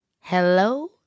hello